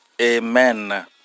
Amen